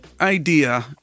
idea